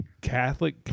catholic